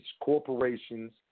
corporations